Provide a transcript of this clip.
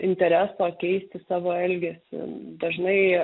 intereso keisti savo elgesį dažnai